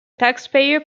taxpayer